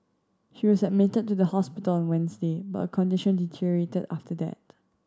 she was admitted to the hospital on Wednesday but condition deteriorated after that